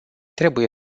trebuie